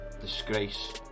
disgrace